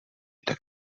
tak